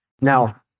Now